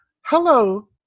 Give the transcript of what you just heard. hello